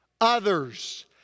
Others